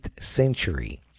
century